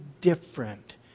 different